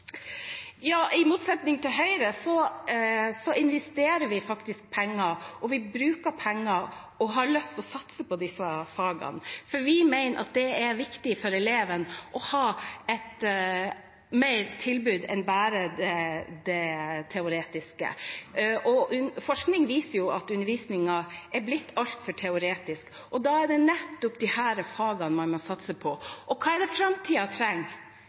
I motsetning til Høyre investerer vi faktisk penger, og vi bruker penger og har lyst til å satse på disse fagene, for vi mener det er viktig for elevene å ha tilbud utover bare det teoretiske. Forskning viser jo at undervisningen er blitt altfor teoretisk, og da er det nettopp disse fagene man må satse på. Og hva er det framtiden trenger?